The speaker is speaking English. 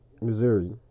Missouri